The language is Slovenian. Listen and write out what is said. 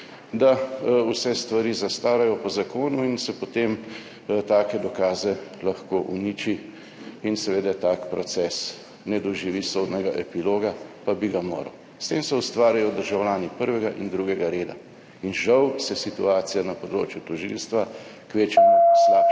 da vse stvari zastarajo po zakonu in se potem take dokaze lahko uniči. In seveda tak proces ne doživi sodnega epiloga, pa bi ga moral. S tem se ustvarjajo državljani prvega in drugega reda in žal se situacija na področju tožilstva kvečjemu slabša